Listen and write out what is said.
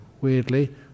weirdly